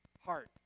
Heart